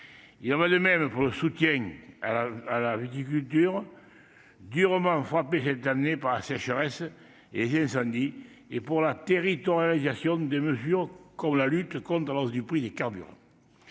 de nos propositions de soutien à la viticulture, durement frappée cette année par la sécheresse et les incendies, et de territorialisation des mesures comme la lutte contre la hausse des prix du carburant.